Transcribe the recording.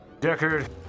Deckard